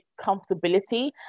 comfortability